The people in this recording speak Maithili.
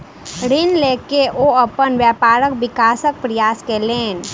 ऋण लय के ओ अपन व्यापारक विकासक प्रयास कयलैन